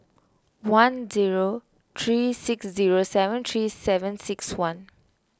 one zero three six zero seven three seven six one